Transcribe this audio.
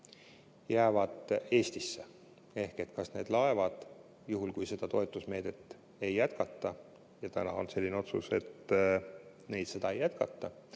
jäävad Eestisse ehk kas need laevad, juhul kui seda toetusmeedet ei jätkata – ja täna on selline otsus, et seda ei jätkata